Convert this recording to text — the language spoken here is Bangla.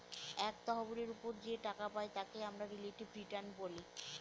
এক তহবিলের ওপর যে টাকা পাই তাকে আমরা রিলেটিভ রিটার্ন বলে